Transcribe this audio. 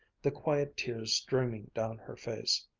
the quiet tears streaming down her face.